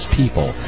people